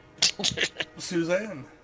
Suzanne